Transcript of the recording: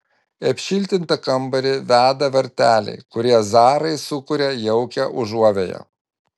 į apšiltintą kambarį veda varteliai kurie zarai sukuria jaukią užuovėją